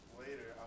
later